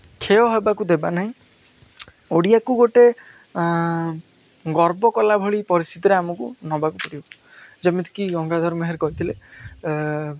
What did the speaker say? କ୍ଷୟ ହେବାକୁ ଦେବା ନାହିଁ ଓଡ଼ିଆକୁ ଗୋଟେ ଗର୍ବ କଲା ଭଳି ପରିସ୍ଥିତିରେ ଆମକୁ ନେବାକୁ ପଡ଼ିବ ଯେମିତିକି ଗଙ୍ଗାଧର ମେହେର କହିଥିଲେ